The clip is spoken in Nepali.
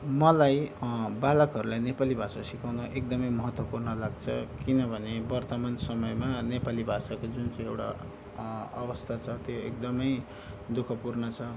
मलाई बालकहरूलाई नेपाली भाषा सिकाउन एकदमै महत्त्वपूर्ण लाग्छ किनभने वर्तमान समयमा नेपाली भाषाको जुन चाहिँ एउटा अवस्था छ त्यो एकदमै दुःखपूर्ण छ